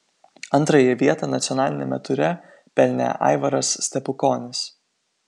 antrąją vietą nacionaliniame ture pelnė aivaras stepukonis